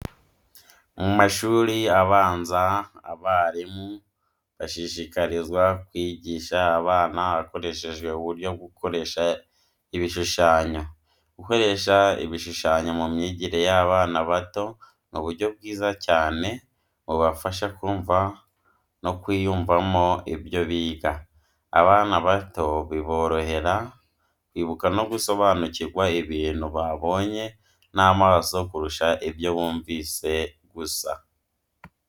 Mu mashuri abanza abarimu bashishikarizwa kwigisha abana hakoreshejwe uburyo bwo gukoresha ibishushanyo. Gukoresha ibishushanyo mu myigire y’abana bato ni uburyo bwiza cyane bubafasha kumva no kwiyumvamo ibyo biga. Abana bato biborohera kwibuka no gusobanukirwa ibintu babonye n’amaso kurusha ibyo bumvise gusa.